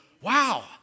Wow